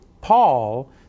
Paul